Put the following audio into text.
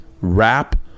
rap